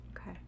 Okay